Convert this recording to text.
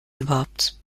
überhaupt